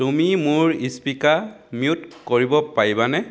তুমি মোৰ speaker mute কৰিব পাৰিবানে